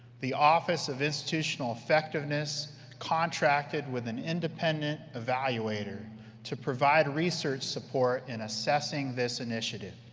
the office of institutional effectiveness contracted with an independent evaluator to provide research support in assessing this initiative.